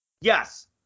Yes